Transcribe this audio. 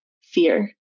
fear